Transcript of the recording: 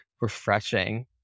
refreshing